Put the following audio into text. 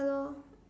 ya lor